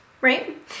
right